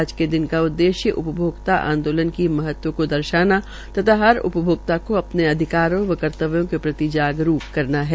आज के दिन का उद्देश्य उपभोक्ता आंदोलन की महता को दर्शाना तथा हर उपभोक्ता को अपने अधिकारों व कर्त्तव्यों के प्रति जागरूक करना है